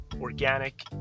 organic